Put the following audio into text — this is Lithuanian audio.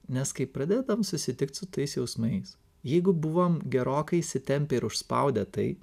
nes kai pradedam susitikt su tais jausmais jeigu buvom gerokai įsitempę ir užspaudę tai